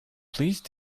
please